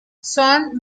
son